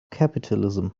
capitalism